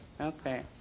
Okay